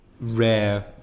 rare